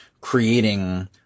creating